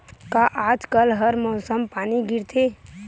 का आज कल हर मौसम पानी गिरथे?